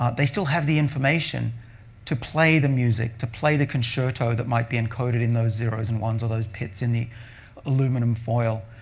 ah they still have the information to play the music, to play the concerto that might be encoded in those zeros and ones or those pits in the aluminum foil,